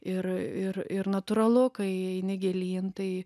ir ir ir natūralu kai eini gilyn tai